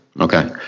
okay